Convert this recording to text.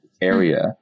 area